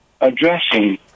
addressing